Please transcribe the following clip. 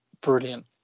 brilliant